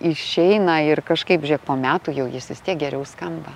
išeina ir kažkaip žėk po metų jau jis vis tiek geriau skamba